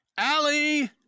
Allie